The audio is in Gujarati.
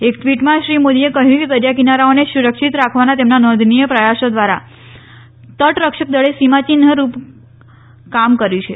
એક ટ્વીટમાં શ્રી મોદીએ કહ્યું કે દરિયા કિનારાઓને સુરક્ષિત રાખવાના તેમના નોંધનીય પ્રયાસો દ્વારા તટરક્ષક દળે સીમાચિહન રૂપ કામ કર્યુ છે